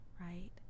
Right